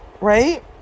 right